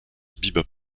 bebop